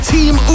Team